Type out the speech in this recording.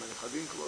עם הנכדים,